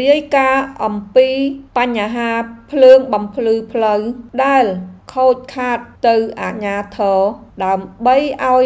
រាយការណ៍អំពីបញ្ហាភ្លើងបំភ្លឺផ្លូវ ដែលខូចខាតទៅអាជ្ញាធរដើម្បីឱ្យ